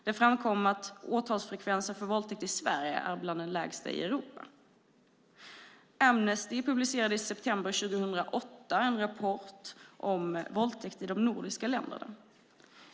Det framkom att åtalsfrekvensen för våldtäkt i Sverige är bland den lägsta i Europa. Amnesty publicerade i september 2008 en rapport om våldtäkt i de nordiska länderna.